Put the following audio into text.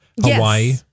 Hawaii